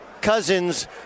Cousins